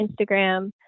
Instagram